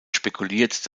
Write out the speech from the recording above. spekuliert